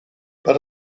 but